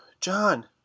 John